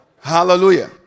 Hallelujah